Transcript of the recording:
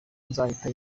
nzahita